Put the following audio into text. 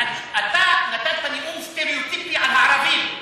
אתה נתת תיאור סטריאוטיפי על הערבים, "הערבים".